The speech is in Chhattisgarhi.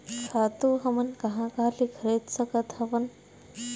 खातु हमन कहां कहा ले खरीद सकत हवन?